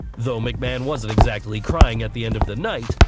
though mcmahon wasn't exactly crying at the end of the night,